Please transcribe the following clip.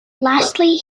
lastly